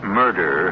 murder